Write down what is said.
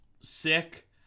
sick